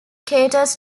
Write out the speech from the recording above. caters